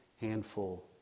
handful